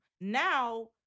Now